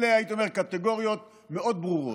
אלה, הייתי אומר, קטגוריות מאוד ברורות.